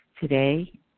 Today